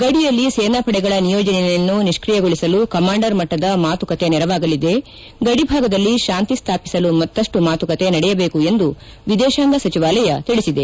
ಗಡಿಯಲ್ಲಿ ಸೇನಾಪಡೆಗಳ ನಿಯೋಜನೆಯನ್ನು ನಿಷ್ಠಿಯಗೊಳಿಸಲು ಕಮಾಂಡರ್ ಮಟ್ಟದ ಮಾತುಕತೆ ನೆರವಾಗಲಿದೆ ಗಡಿಭಾಗದಲ್ಲಿ ಶಾಂತಿ ಸ್ನಾಪಿಸಲು ಮತ್ನಷ್ಟು ಮಾತುಕತೆ ನಡೆಯಬೇಕು ಎಂದು ವಿದೇಶಾಂಗ ಸಚಿವಾಲಯ ತಿಳಿಸಿದೆ